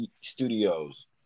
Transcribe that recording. studios